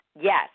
Yes